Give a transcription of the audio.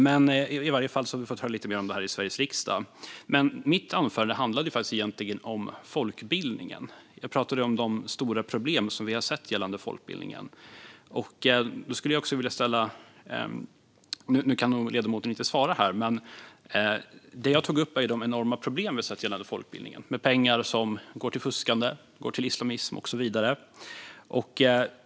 Men nu har vi fått höra lite mer om den här i Sveriges riksdag. Mitt anförande handlade egentligen om folkbildningen och de stora problem vi har sett gällande folkbildningen. Nu kan inte ledamoten svara, men det jag tog upp var de enorma problem vi sett med pengar som går till fuskande, islamism och så vidare.